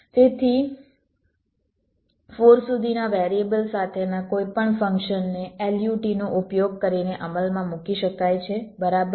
તેથી 4 સુધીના વેરીએબલ સાથેના કોઈપણ ફંક્શનને LUT નો ઉપયોગ કરીને અમલમાં મૂકી શકાય છે બરાબર